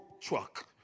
truck